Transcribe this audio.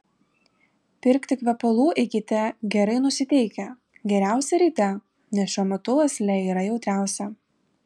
pirkti kvepalų eikite gerai nusiteikę geriausia ryte nes šiuo metu uoslė yra jautriausia